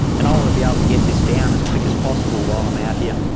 and i want to be able to get this down as quick as possible while i'm out here.